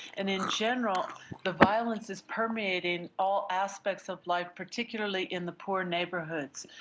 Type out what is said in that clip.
and in general the violence is permeating all aspects of life, particularly in the poor neighbourhoods.